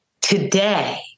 Today